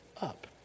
up